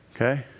Okay